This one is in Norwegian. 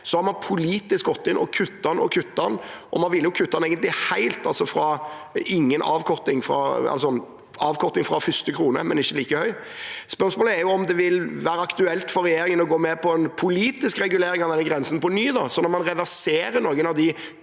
så har man – politisk – gått inn og kuttet den og kuttet den. Man ville jo egentlig kutte den helt, altså avkorting fra første krone – men ikke like høy. Spørsmålet er om det vil være aktuelt for regjeringen å gå med på en politisk regulering av denne grensen på ny, slik at man reverserer noen av de